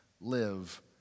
live